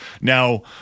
Now